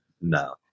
No